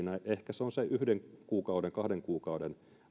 siinä se yhden kahden kuukauden